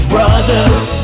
Brothers